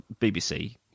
BBC